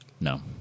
No